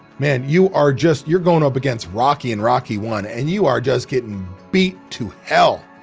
man you are just you're going up against rocky in rocky one and you are just getting beat to hell.